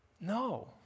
No